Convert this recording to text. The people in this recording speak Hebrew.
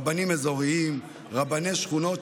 רבנים אזוריים ורבני שכונות,